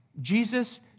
Jesus